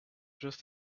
just